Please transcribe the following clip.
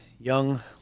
young